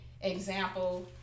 example